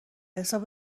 حساب